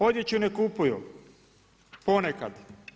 Odjeću ne kupuju, ponekad.